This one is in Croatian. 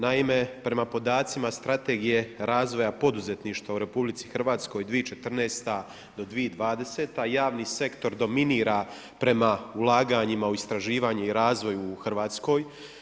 Naime prema podacima Strategije razvoja poduzetništva u RH 2014. do 2020., javni sektor dominira prema ulaganjima u istraživanju i razvoju u Hrvatskoj.